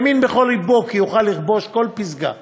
והאמין בכל לבו כי יוכל לכבוש כל פסגה